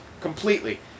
completely